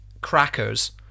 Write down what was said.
crackers